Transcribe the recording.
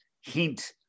hint